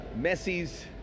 Messi's